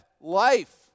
life